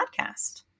podcast